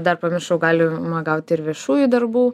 dar pamiršau galima gaut ir viešųjų darbų